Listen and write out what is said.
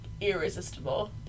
irresistible